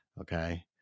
okay